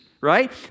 right